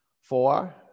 four